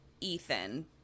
Ethan